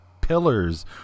pillars